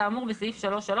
כאמור בסעיף (3)3,